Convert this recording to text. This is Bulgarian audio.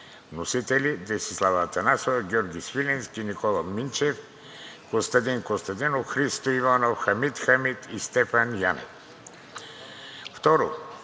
Второ,